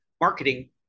marketing